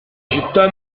città